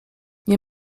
nie